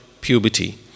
puberty